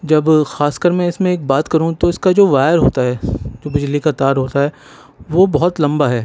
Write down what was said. جب خاص کر میں اس میں ایک بات کروں تو اس کا جو وائر ہوتا ہے جو بجلی کا تار ہوتا ہے وہ بہت لمبا ہے